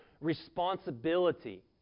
responsibility